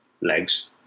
legs